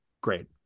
Great